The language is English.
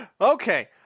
okay